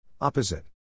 Opposite